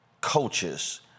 coaches